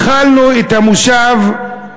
התחלנו את המושב,